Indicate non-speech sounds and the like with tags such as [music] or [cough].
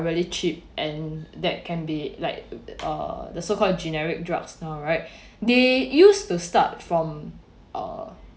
really cheap and that can be like uh the so called a generic drugs now right [breath] they use to start from err